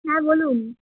হ্যাঁ বলুন